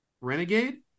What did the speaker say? Renegade